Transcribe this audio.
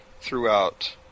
throughout